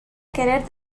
querer